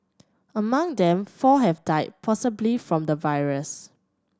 among them four have died possibly from the virus